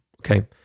okay